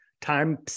time